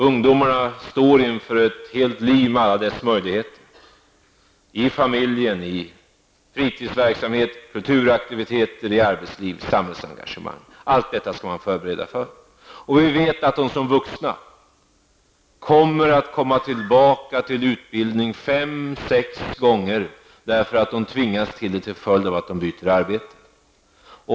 Ungdomarna står inför ett helt liv med alla dess möjligheter. Familj, fritidsverksamhet, kulturaktivitet, arbetsliv, samhällsengagemang -- allt detta skall ungdomarna förberedas för. Vi vet att de som vuxna kommer tillbaka till utbildning fem sex gånger därför att de tvingas till det när de byter arbete.